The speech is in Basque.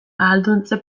ahalduntze